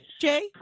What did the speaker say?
Jay